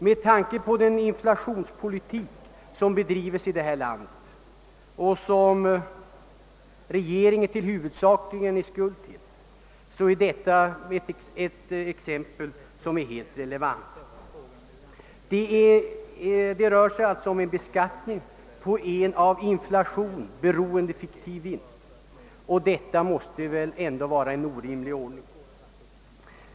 Med tanke på den inflationspolitik som bedrivs i detta land och som regeringen huvudsakligen är skuld till är detta ett helt relevant exempel. Det rör sig alltså om en beskattning på en av inflation beroende fiktiv vinst, och detta måste väl ändå vara en orimlig ordning.